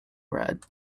bread